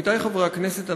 עמיתי חברי הכנסת,